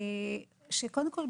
קודם כול,